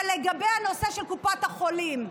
לגבי הנושא של קופות החולים,